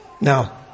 Now